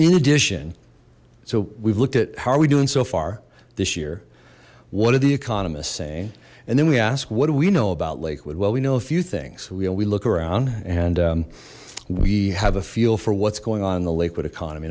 in addition so we've looked at how are we doing so far this year what are the economists saying and then we asked what do we know about lakewood well we know a few things we look around and we have a feel for what's going on in the lakewood economy